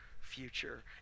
future